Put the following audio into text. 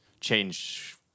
change